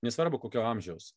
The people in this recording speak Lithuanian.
nesvarbu kokio amžiaus